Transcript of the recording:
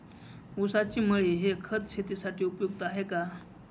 ऊसाची मळी हे खत शेतीसाठी उपयुक्त आहे का?